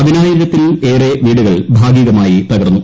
പതിനായിരത്തിലേറെ വീടുകൾ ഭാഗികമായി തകർന്നു